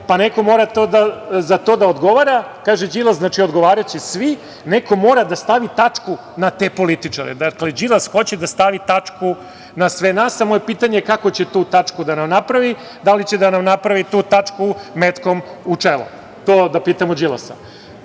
pa neko mora za to da odgovara, kaže Đilas. Znači, odgovaraće svi, neko mora da stavi tačku na te političare. Dakle, Đilas hoće da stavi tačku na sve nas. Moje pitanje je, kako će tu tačku da nam napravi? Da li će da nam napravi tu tačku metkom u čelo? To da pitamo Đilasa. Na